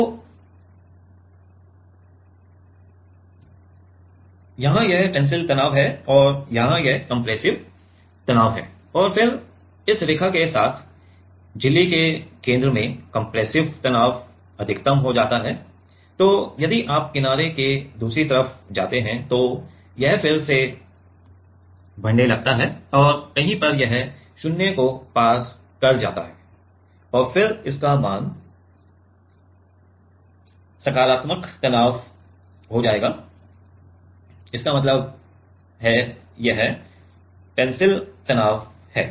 तो यहाँ यह टेंसिल तनाव है और यहाँ यह कंप्रेसिव तनाव है और फिर इस रेखा के साथ झिल्ली के केंद्र में कंप्रेसिव तनाव अधिकतम हो जाता है तो यदि आप किनारे के दूसरी तरफ जाते हैं तो यह फिर से बढ़ने लगता है और कही पर यह 0 को पार कर जाता है और फिर इसका मान सकारात्मक तनाव हो जायेगा इसका मतलब है यह टेंसिल तनाव है